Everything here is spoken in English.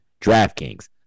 DraftKings